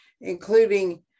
including